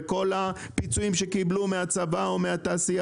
ושכל הפיצויים שהם קיבלו מהצבא או התעשייה